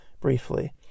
briefly